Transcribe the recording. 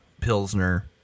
Pilsner